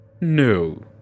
No